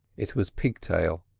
it was pigtail.